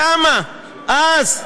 למה אז,